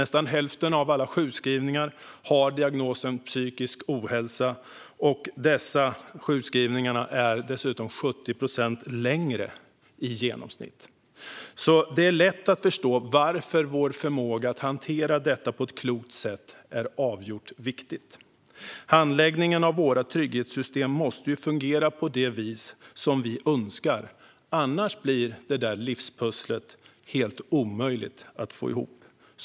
Nästan hälften av alla sjukskrivningar har diagnosen psykisk ohälsa. Dessa sjukskrivningar är i genomsnitt dessutom 70 procent längre. Det är alltså lätt att förstå varför vår förmåga att hantera detta på ett klokt sätt är avgjort viktigt. Handläggningen av trygghetssystemen måste fungera på det vis vi önskar, annars blir det där livspusslet helt omöjligt att få ihop.